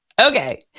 Okay